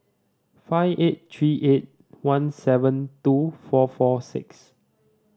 five eight three eight one seven two four four six